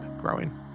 growing